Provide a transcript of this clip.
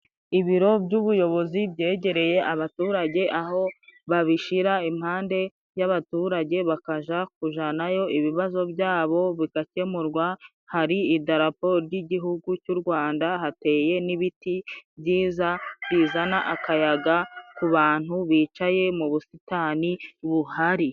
Ibiro by'ubuyobozi byegereye abaturage, aho babishira impande y'abaturage, bakajya kujanayo ibibazo byabo, bigakemurwa. Hari idarapo ry'igihugu cy'u Rwanda, hateye n'ibiti byiza bizana akayaga ku bantu bicaye mu busitani buhari.